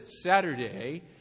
Saturday